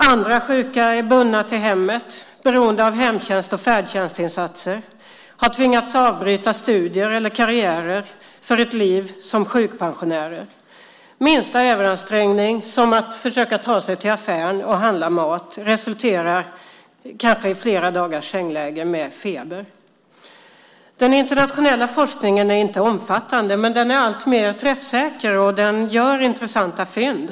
Andra sjuka är bundna till hemmet, är beroende av hemtjänst och färdtjänstinsatser eller har tvingats avbryta studier eller karriärer för ett liv som sjukpensionärer. Minsta överansträngning, som att försöka ta sig till affären och handla mat, resulterar kanske i flera dagars sängläge med feber. Den internationella forskningen är inte omfattande, men den är alltmer träffsäker, och den gör intressanta fynd.